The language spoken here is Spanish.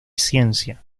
ciencia